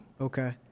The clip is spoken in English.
Okay